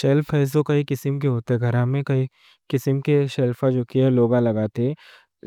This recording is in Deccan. شیلف ہے، جو کئی قسم کے ہوتے۔ گھرہ میں کئی قسم کے شیلف ہیں، جو لوگا لگاتے۔